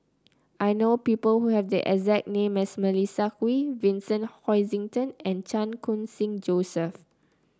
I know people who have the exact name as Melissa Kwee Vincent Hoisington and Chan Khun Sing Joseph